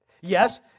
Yes